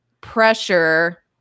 pressure